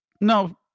No